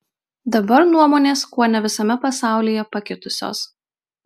dabar nuomonės kuone visame pasaulyje pakitusios